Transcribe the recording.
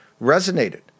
resonated